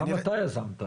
גם אתה יזמת.